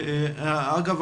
אגב,